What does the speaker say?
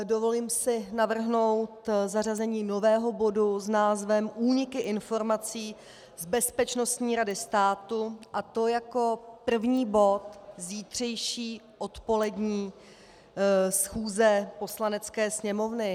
Dovolím si navrhnout zařazení nového bodu s názvem Úniky informací z Bezpečnostní rady státu, a to jako první bod zítřejší odpolední schůze Poslanecké sněmovny.